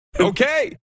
Okay